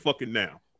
now